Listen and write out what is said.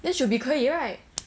then should be 可以 right